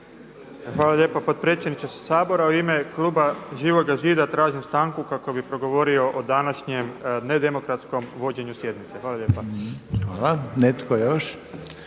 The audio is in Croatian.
Hvala lijepa potpredsjedniče Sabora. U ime kluba Živoga zida tražim stanku kako bih progovorio o današnjem nedemokratskom vođenju sjednice. **Reiner, Željko (HDZ)** Hvala. Netko još?